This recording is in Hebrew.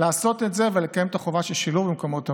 לעשות את זה ולקיים את החובה של שילוב במקומות עבודה.